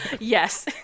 Yes